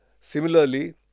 similarly